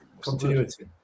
Continuity